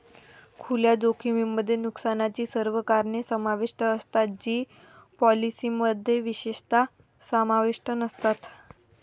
खुल्या जोखमीमध्ये नुकसानाची सर्व कारणे समाविष्ट असतात जी पॉलिसीमध्ये विशेषतः समाविष्ट नसतात